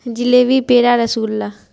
جلیبی پیڑا رس گلہ